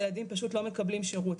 הילדים פשוט לא מקבלים שירות.